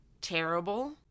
terrible